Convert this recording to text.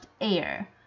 AIR